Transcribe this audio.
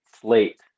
slate